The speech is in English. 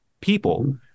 people